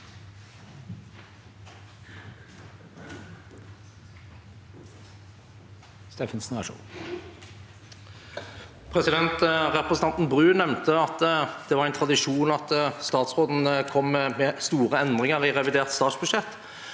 Representanten Bru nevnte at det er en tradisjon at statsråden kommer med store endringer i revidert statsbudsjett.